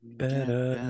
better